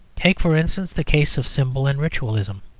take, for instance, the case of symbol and ritualism.